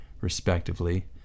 respectively